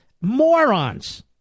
morons